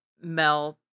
Mel